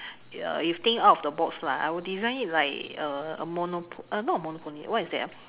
uh if think out of the box lah I would design it like a monopoly uh not a monopoly what is that ah